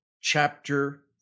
chapter